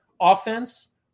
offense